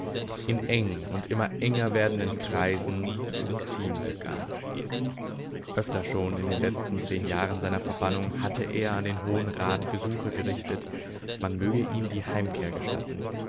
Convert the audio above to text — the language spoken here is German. in eng und immer enger werdenden kreisen zu umziehen begann öfter schon in den letzten zehn jahren seiner verbannung hatte er an den hohen rat gesuche gerichtet man möge ihm die heimkehr gestatten